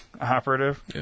operative